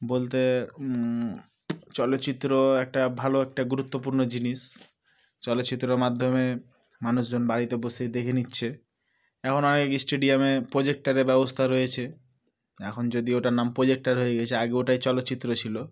বলতে চলচ্চিত্র একটা ভালো একটা গুরুত্বপূর্ণ জিনিস চলচ্চিত্র মাধ্যমে মানুষজন বাড়িতে বসেই দেখে নিচ্ছে এখন অনেক স্টেডিয়ামে প্রোজেক্টারের ব্যবস্থা রয়েছে এখন যদি ওটার নাম প্রোজেক্টার হয়ে গিয়েছে আগে ওটাই চলচ্চিত্র ছিল